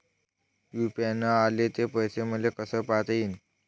UPI न आले ते पैसे मले कसे पायता येईन?